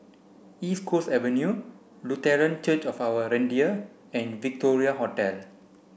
East Coast Avenue Lutheran Church of Our Redeemer and Victoria Hotel